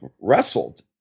wrestled